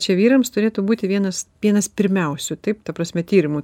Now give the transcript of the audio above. čia vyrams turėtų būti vienas vienas pirmiausių taip ta prasme tyrimų